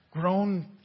grown